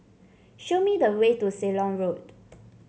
show me the way to Ceylon Road